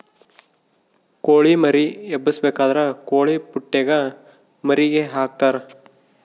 ಕೊಳಿ ಮರಿ ಎಬ್ಬಿಸಬೇಕಾದ್ರ ಕೊಳಿಪುಟ್ಟೆಗ ಮರಿಗೆ ಹಾಕ್ತರಾ